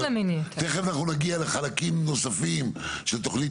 תכף אנחנו נגיע לחלקים נוספים של תוכנית